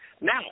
Now